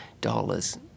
dollars